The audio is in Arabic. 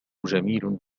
جميل